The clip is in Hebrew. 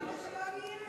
אמרת שלא נהיה.